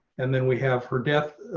and then we have her death.